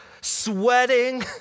sweating